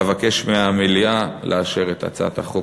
אבקש מהמליאה לאשר את הצעת החוק.